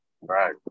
Right